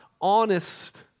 honest